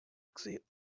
except